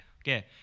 Okay